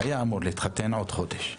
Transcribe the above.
היה אמור להתחתן עוד חודש.